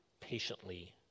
patiently